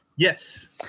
Yes